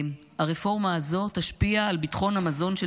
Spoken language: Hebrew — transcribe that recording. הרפורמה הזאת תשפיע על ביטחון המזון של